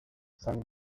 sung